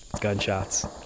Gunshots